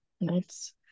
nice